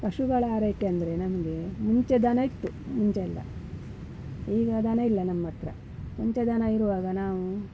ಪಶುಗಳ ಆರೈಕೆ ಅಂದರೆ ನಮಗೆ ಮುಂಚೆ ದನ ಇತ್ತು ಮುಂಚೆಲ್ಲ ಈಗ ದನ ಇಲ್ಲ ನಮ್ಮ ಹತ್ರ ಮುಂಚೆ ದನ ಇರುವಾಗ ನಾವು